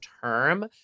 term